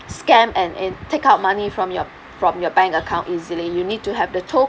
scam and and take out money from your from your bank account easily you need to have the token